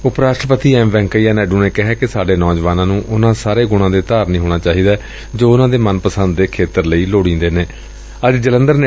ਉਪ ਰਾਸ਼ਟਰਪਤੀ ਐਮ ਵੈਂਕਈਆ ਨਾਇਡੁ ਨੇ ਕਿਹੈ ਕਿ ਸਾਡੇ ਨੌਜਵਾਨਾਂ ਨੂੰ ਉਨੂਾਂ ਸਾਰੇ ਗੁਣਾਂ ਦੇ ਧਾਰਨੀ ਹੋਣਾ ਚਾਹੀਦੈ ਜੋ ਉਨ੍ਹਾਂ ਦੇ ਮਨ ਪਸੰਦ ਦੇ ਖੇਤਰ ਲਈ ਲੋੜੀਂਦੇ ਨੇ